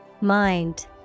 Mind